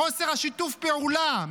מחוסר שיתוף הפעולה,